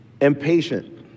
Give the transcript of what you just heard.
impatient